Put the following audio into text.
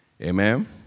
Amen